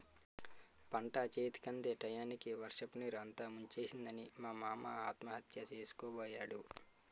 పంటచేతికందే టయానికి వర్షపునీరు అంతా ముంచేసిందని మా మామ ఆత్మహత్య సేసుకోబోయాడు